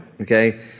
okay